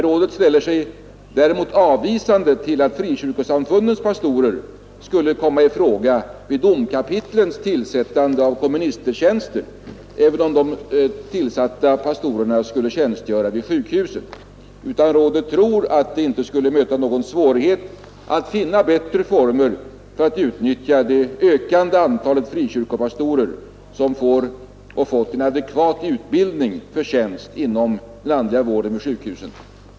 Rådet ställer sig däremot avvisande till att frikyrkosamfundens pastorer skulle komma i fråga vid domkapitlens tillsättande av komministertjänster, även om de tillsatta pastorerna skulle tjänstgöra vid sjukhusen. Rådet tror att det inte skulle möta någon svårighet att finna bättre former för att utnyttja det ökande antalet frikyrkopastorer som fått en adekvat utbildning för tjänst inom den andliga vården vid sjukhusen.